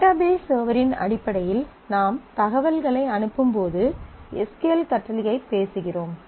database சர்வரின் அடிப்படையில் நாம் தகவல்களை அனுப்பும்போது எஸ் க்யூ எல் கட்டளையைப் பேசுகிறோம்